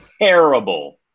terrible